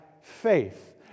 faith